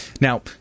Now